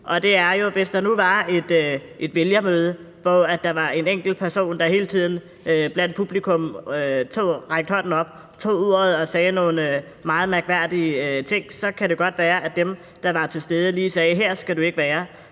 Hvis der nu var et vælgermøde, hvor der var en enkelt person blandt publikum, der hele tiden rakte hånden op, tog ordet og sagde nogle meget mærkværdige ting, så kan det godt være, at dem, der var til stede, lige sagde: Her skal du ikke være.